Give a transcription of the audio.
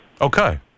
Okay